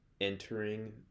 entering